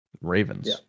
ravens